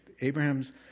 Abraham's